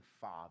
Father